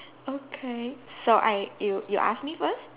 okay so I you you ask me first